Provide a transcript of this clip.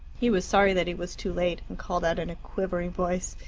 he was sorry that he was too late, and called out in a quivering voice,